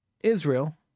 Israel